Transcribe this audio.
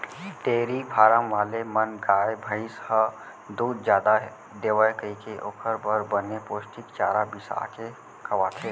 dairy farm वाले मन गाय, भईंस ह दूद जादा देवय कइके ओकर बर बने पोस्टिक चारा बिसा के खवाथें